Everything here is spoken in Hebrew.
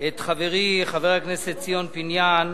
את חברי חבר הכנסת ציון פיניאן